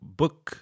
book